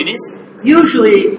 Usually